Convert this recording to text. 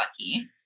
lucky